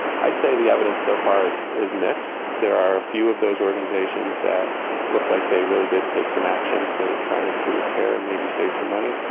i'd say the evidence so far is is mixed there are a few of those organisations that look like they really did take some action to try and improve care and maybe save some money.